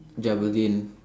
Jabudeen